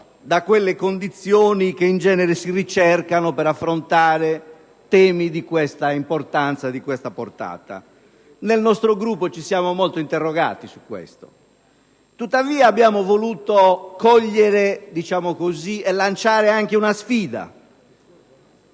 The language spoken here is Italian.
da quelle condizioni che, in genere, si ricercano per affrontare temi di questa importanza e portata. Nel nostro Gruppo ci siamo molto interrogati su questo. Tuttavia, abbiamo voluto cogliere e lanciare anche una sfida: